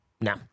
No